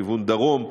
לכיוון דרום,